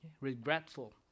Regretful